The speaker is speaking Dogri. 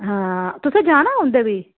हां तु'सें जाना उं'दे भी